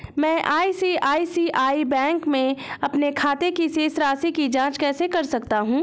मैं ICICI bank के अपने खाते की शेष राशि की जाँच कैसे कर सकता हूँ?